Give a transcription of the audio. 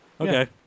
Okay